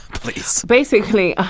please basically, ah